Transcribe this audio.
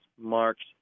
marks